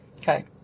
Okay